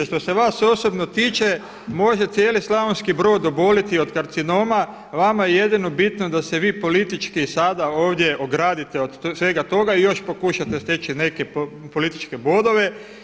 Što se vas osobno tiče može cijeli Slavonski Brod oboljeti od karcinoma vama je jedino bitno da se vi politički sada ovdje ogradite od svega toga i još pokušate steći neke političke bodove.